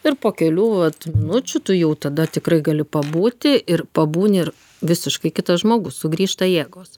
ir po kelių vat minučių tu jau tada tikrai gali pabūti ir pabūni ir visiškai kitas žmogus sugrįžta jėgos